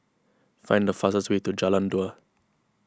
find the fastest way to Jalan Dua